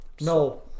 No